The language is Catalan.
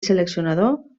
seleccionador